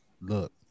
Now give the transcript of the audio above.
look